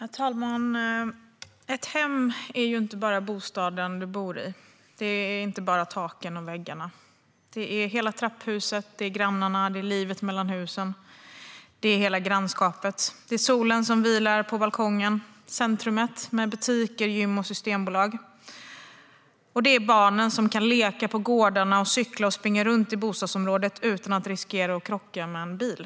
Herr talman! Ett hem är inte bara bostaden du bor i. Det är inte bara taken och väggarna. Det är hela trapphuset, grannarna, livet mellan husen, hela grannskapet. Det är solen som vilar på balkongen, centrumet med butiker, gym och systembolag. Och det är barnen, som kan leka på gårdarna, cykla och springa runt i bostadsområdet utan att riskera att krocka med en bil.